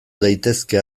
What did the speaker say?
daitezke